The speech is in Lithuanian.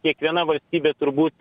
kiekviena valstybė turbūt